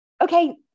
Okay